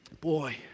Boy